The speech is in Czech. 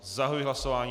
Zahajuji hlasování.